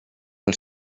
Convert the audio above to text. els